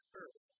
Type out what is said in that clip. earth